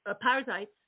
parasites